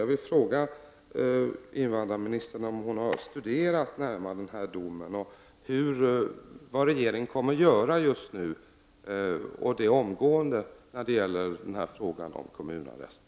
Jag vill fråga invandrarministern om hon har studerat den här domen närmare och vad regeringen just nu ämnar göra — något måste omgående göras här — i fråga om kommunarresten.